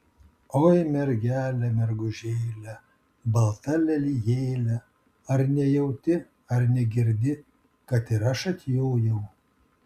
oi mergele mergužėle balta lelijėle ar nejauti ar negirdi kad ir aš atjojau